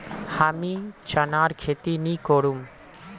हमीं चनार खेती नी करुम